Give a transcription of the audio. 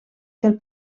del